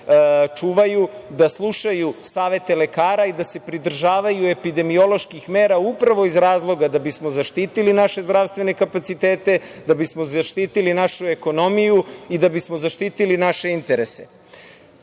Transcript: čuvaju, da slušaju savete lekara i da se pridržavaju epidemioloških mera upravo iz razloga da bismo zaštitili naše zdravstvene kapacitete, da bismo zaštitili našu ekonomiju i da bismo zaštitili naše interese. Dakle,